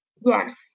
Yes